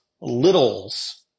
Littles